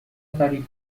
فریب